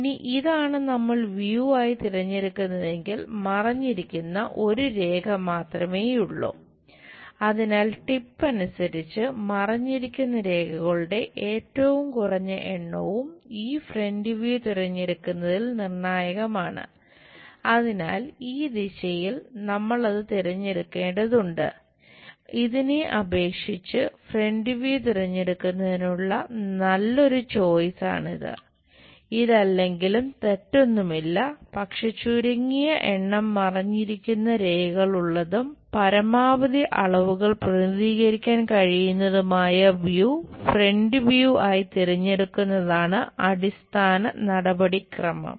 ഇനി ഇതാണ് നമ്മൾ വ്യൂ ആയി തെരഞ്ഞെടുക്കുന്നതെങ്കിൽ മറഞ്ഞിരിക്കുന്ന ഒരു രേഖ മാത്രമേയുള്ളൂ അതിനാൽ ടിപ്പ് ആയി തിരഞ്ഞെടുക്കുന്നതാണ് അടിസ്ഥാന നടപടിക്രമം